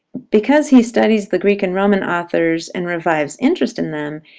because he studies the greek and roman authors, and revives interest in them,